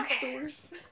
source